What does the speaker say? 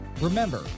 Remember